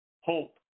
hope